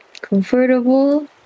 comfortable